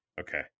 Okay